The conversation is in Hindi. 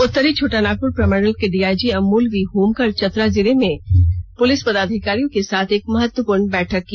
उत्तरी छोटानागपुर प्रमंडल के डीआईजी अमोल वी होमकर चतरा में जिले के पुलिस पदाधिकारियों के साथ एक महत्वपूर्ण बैठक की